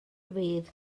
fydd